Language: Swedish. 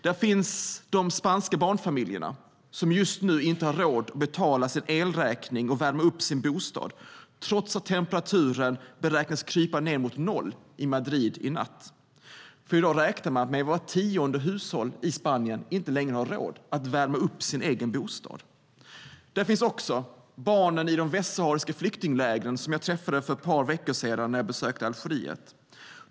Där finns de spanska barnfamiljerna som just nu inte har råd att betala sin elräkning och värma upp sina bostäder, trots att temperaturen beräknas krypa ned mot noll i Madrid i natt. I dag räknar man med att vart tionde hushåll i Spanien inte längre har råd att värma upp sin egen bostad. Där finns också barnen i de västsahariska flyktinglägren som jag träffade för ett par veckor sedan när jag besökte Algeriet.